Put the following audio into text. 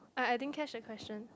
I I didn't catch the question